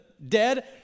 Dead